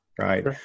Right